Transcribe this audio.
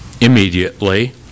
Immediately